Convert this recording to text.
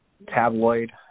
Tabloid